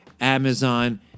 Amazon